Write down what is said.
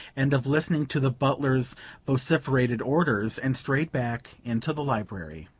and of listening to the butler's vociferated orders, and strayed back into the library.